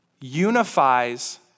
unifies